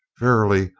verily,